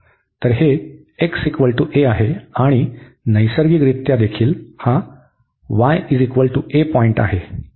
तर हे xa आहे आणि नैसर्गिकरित्या देखील हा ya पॉईंट आहे